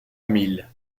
mil